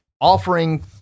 offering